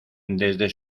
desde